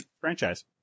franchise